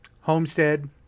homestead